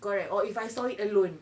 correct or if I saw it alone